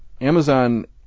Amazon